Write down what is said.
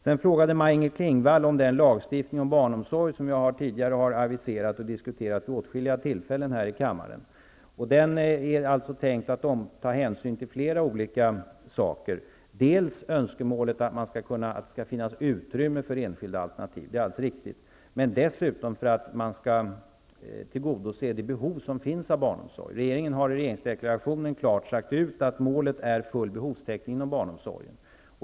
Vidare ställde Maj-Inger Klingvall en fråga om den lagstiftning om barnomsorg som tidigare diskuterats vid åtskilliga tillfällen i kammaren. Det är tänkt att lagen skall ta hänsyn till flera saker. Dels gäller det önskemålet att det skall finnas utrymme för enskilda alternativ, dels gäller det att tillgodose de behov av barnomsorg som finns av barnomsorg. Regeringen har i regeringsdeklarationen klart sagt att målet är full behovstäckning inom barnomsorgen.